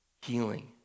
Healing